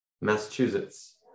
massachusetts